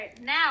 Now